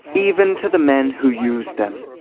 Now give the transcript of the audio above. even to the men who used them.